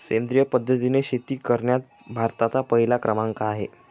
सेंद्रिय पद्धतीने शेती करण्यात भारताचा पहिला क्रमांक आहे